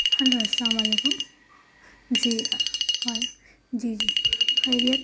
hello السلام علیکم جی وعلے جی جی خیریت